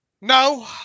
No